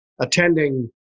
attending